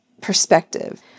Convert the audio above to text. perspective